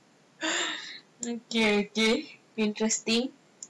okay okay interesting